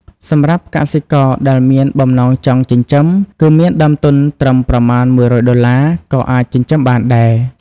សម្រាប់កសិករដែលមានបំណងចង់ចិញ្ចឹម គឺមានដើមទុនត្រឹមប្រមាណ១០០ដុល្លារ ក៏អាចចិញ្ចឹមបានដែរ។